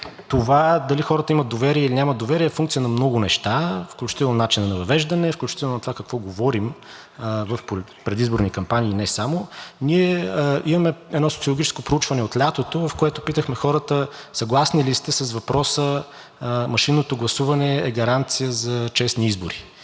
това дали хората имат доверие, или нямат доверие е функция на много неща, включително начина на въвеждане, включително това какво говорим в предизборни кампании и не само. Ние имаме едно социологическо проучване от лятото, в което питахме хората: съгласни ли сте, че машинното гласуване е гаранция за честни избори.